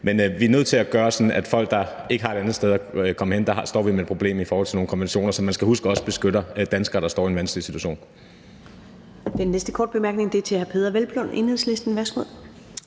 men når det handler om folk, der ikke har et andet sted at tage hen, står vi med et problem i forhold til nogle konventioner, som man skal huske også beskytter danskere, der står i en vanskelig situation.